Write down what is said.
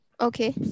Okay